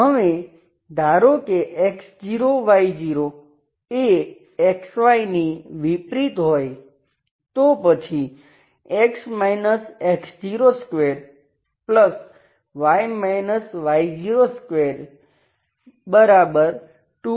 હવે ધારો કે x0 y0 એ xy ની વિપરીત હોય તો પછી x x02y y022R2હોય છે